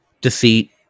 Deceit